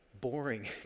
boring